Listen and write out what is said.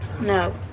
No